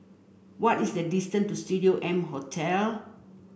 what is the distance to Studio M Hotel